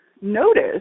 notice